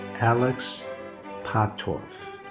alex pottorff.